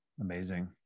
Amazing